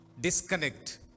disconnect